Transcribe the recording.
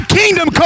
kingdom